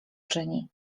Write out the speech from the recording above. czyni